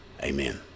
Amen